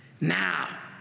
Now